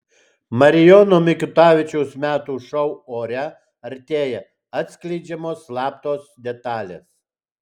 marijono mikutavičiaus metų šou ore artėja atskleidžiamos slaptos detalės